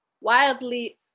wildly